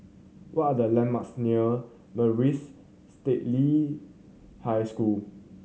what are the landmarks near Maris Stella High School